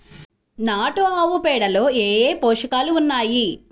నాటు ఆవుపేడలో ఏ ఏ పోషకాలు ఉన్నాయి?